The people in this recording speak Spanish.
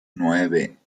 nueve